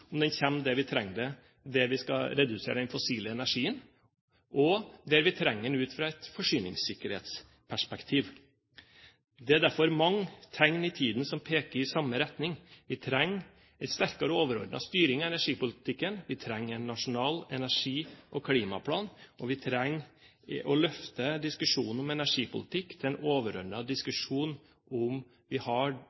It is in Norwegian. om den kommer der vi trenger den, der vi skal redusere den fossile energien, og der vi trenger den ut fra et forsyningssikkerhetsperspektiv. Det er derfor mange tegn i tiden som peker i samme retning: Vi trenger en sterkere, overordnet styring i energipolitikken, vi trenger en nasjonal energi- og klimaplan, og vi trenger å løfte diskusjonen om energipolitikk til en